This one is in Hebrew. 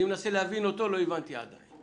אני מנסה להבין אותו, לא הבנתי עדיין.